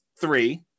three